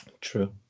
True